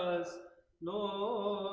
as long